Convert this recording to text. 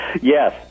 Yes